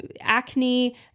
acne